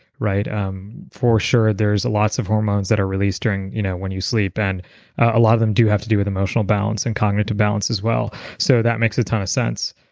um for sure there's lots of hormones that are released during you know when you sleep and a lot of them do have to do with emotional balance and cognitive balance as well. so that makes a ton of sense.